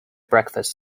breakfast